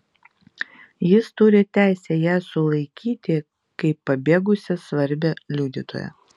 jis turi teisę ją sulaikyti kaip pabėgusią svarbią liudytoją